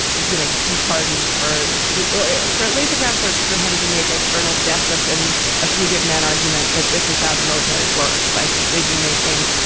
you know, be pardoned for for at least groundwork for him to make it. colonel jessup and a few good men argument that this is how the military works by decision making,